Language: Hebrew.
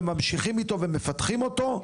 וממשיכים איתו ומפתחים אותו,